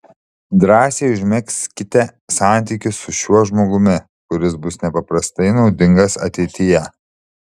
drąsiai užmegzkite santykius su šiuo žmogumi kuris bus nepaprastai naudingas ateityje